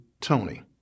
Tony